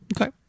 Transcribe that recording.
Okay